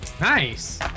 Nice